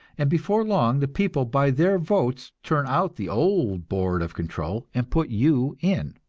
and before long the people by their votes turn out the old board of control and put you in.